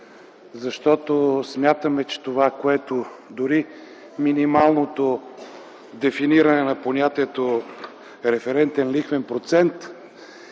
защото смятаме, че дори минималното дефиниране на понятието „референтен лихвен процент”